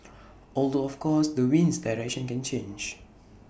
although of course the wind's direction can change